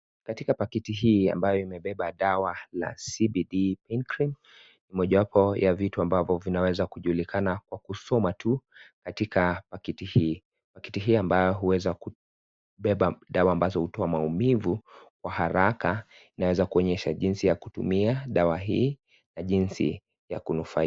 Katika pakiti hii ambayo imebeba dawa la CBD pinkrin ni mojawapo ya vitu ambavyo vinaweza kujulikana kwa kusoma tu katika pakiti hii. Pakiti hii ambayo huweza kubeba dawa ambazo hutoa maumivu kwa haraka. Inaweza kuonyesha jinsi ya kutumia dawa hii na jinsi ya kunufaika.